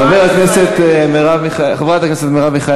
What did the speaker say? חברת הכנסת מרב מיכאלי,